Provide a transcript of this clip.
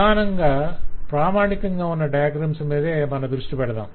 ప్రధానంగా ప్రామాణికంగా ఉన్న డయాగ్రమ్స్ మీదే మన దృష్టి పెడదాం